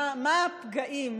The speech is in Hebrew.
מה הפגעים,